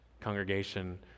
congregation